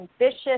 ambitious